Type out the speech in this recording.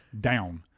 down